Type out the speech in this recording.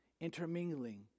Intermingling